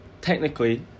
technically